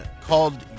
called